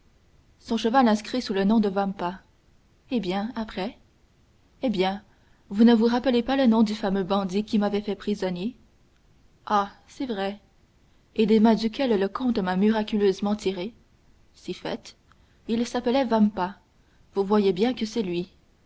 son cheval inscrit sous le nom de vampa eh bien après eh bien vous ne vous rappelez pas le nom du fameux bandit qui m'avait fait prisonnier ah c'est vrai et des mains duquel le comte m'a miraculeusement tiré si fait il s'appelait vampa vous voyez bien que c'est lui